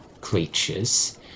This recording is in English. creatures